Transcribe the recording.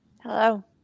Hello